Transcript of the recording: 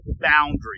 boundary